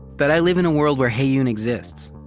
that i live in a world where heyoon exists.